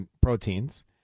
proteins